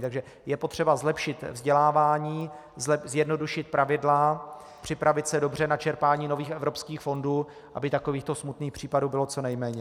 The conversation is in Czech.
Takže je potřeba zlepšit vzdělávání, zjednodušit pravidla, připravit se dobře na čerpání nových evropských fondů, aby takovýchto smutných případů bylo co nejméně.